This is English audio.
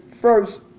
first